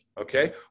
okay